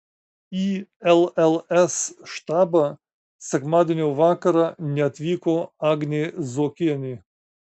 į lls štabą sekmadienio vakarą neatvyko agnė zuokienė